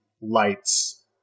lights